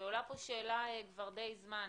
עולה פה שאלה כבר די זמן,